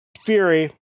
Fury